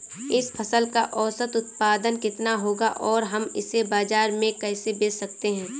इस फसल का औसत उत्पादन कितना होगा और हम इसे बाजार में कैसे बेच सकते हैं?